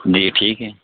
جی ٹھیک ہے